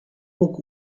boek